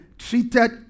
Treated